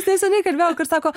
neseniai kalbėjau kur sako